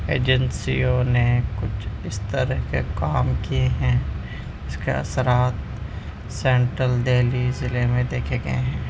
ایجنسیوں نے کچھ اس طرح کے کام کیے ہیں جس کے اثرات سنٹرل دہلی ضلعے میں دیکھے گئے ہیں